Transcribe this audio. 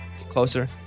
Closer